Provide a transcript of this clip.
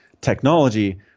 technology